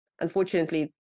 unfortunately